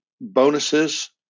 bonuses